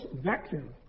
vacuum